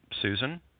Susan